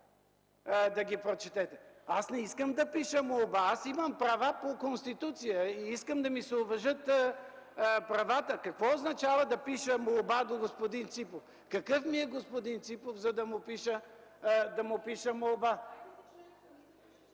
да ги прочетете. Аз не искам да пиша молба, аз имам права по Конституцията и искам да ми се уважат правата. Какво означава да пиша молба до господин Ципов? Какъв ми е господин Ципов, за да му пиша молба?